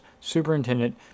Superintendent